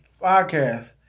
podcast